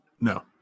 no